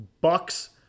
Bucks